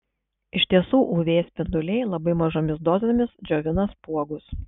iš tiesų uv spinduliai labai mažomis dozėmis džiovina spuogus